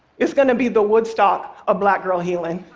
it's going to be the woodstock of black girl healing.